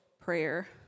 prayer